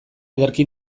ederki